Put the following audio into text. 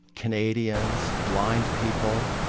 canadians, blind people,